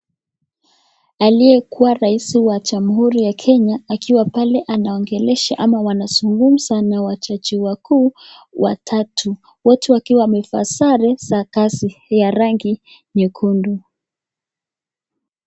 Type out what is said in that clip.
Aliyeketi Rais wa Jamhuri ya Kenya akiwa pale anaonyesha ama wanazungumza na wajaji wakuu watatu, wote wakiwa wamevaa sare za kazi ya rangi nyekundu.